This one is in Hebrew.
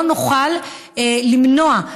לא נוכל למנוע,